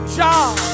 job